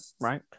right